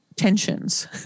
Tensions